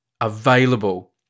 Available